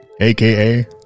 aka